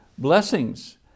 blessings